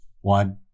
One